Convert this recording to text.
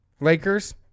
Lakers